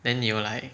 then 你有 like